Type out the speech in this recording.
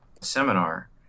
seminar